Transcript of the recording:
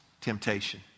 temptation